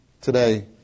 Today